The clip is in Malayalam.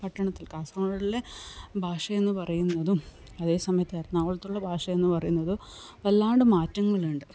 പട്ടണത്തിൽ കാസർഗോഡുള്ള ഭാഷയെന്നു പറയുന്നതും അതേസമയത്ത് എറണാകുളത്തുള്ള ഭാഷയെന്നു പറയുന്നതും വല്ലാണ്ട് മാറ്റങ്ങളുണ്ട്